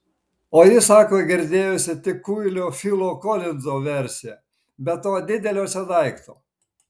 o ji sako girdėjusi tik kuilio filo kolinzo versiją be to didelio čia daikto